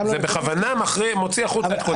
זה בכוונה מוציא החוצה מצב של קווטינסקי.